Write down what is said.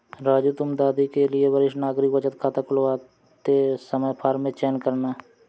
राजू तुम दादी के लिए वरिष्ठ नागरिक बचत खाता खुलवाते समय फॉर्म में चयन करना